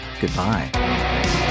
Goodbye